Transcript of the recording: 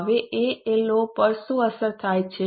હવે A L O પર શું અસર થશે